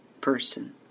person